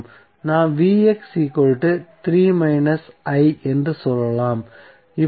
நாம் என்று சொல்லலாம்